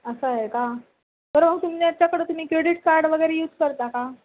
असं आहे का बरं हो तुमच्या याच्याकडं तुम्ही क्रेडीट कार्ड वगैरे यूज करता का